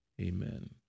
amen